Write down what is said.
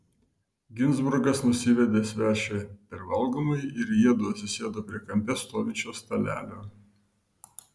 ginzburgas nusivedė svečią per valgomąjį ir jiedu atsisėdo prie kampe stovinčio stalelio